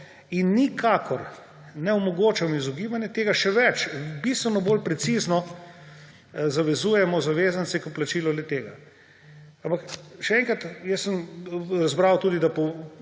in nikakor ne omogočamo izogibanja temu. Še več, bistveno bolj precizno zavezujemo zavezance k plačilu le-tega. Ampak, še enkrat, jaz sem razbral tudi, da